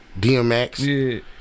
DMX